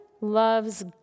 loves